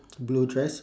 blue dress